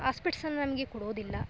ಆಸ್ಪಿಟ್ಸನ್ನ ನಮಗೆ ಕೊಡೋದಿಲ್ಲ